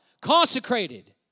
consecrated